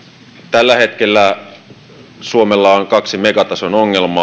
tällä hetkellä suomella on kaksi megatason ongelmaa